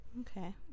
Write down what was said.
okay